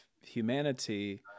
humanity